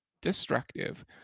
destructive